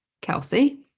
Kelsey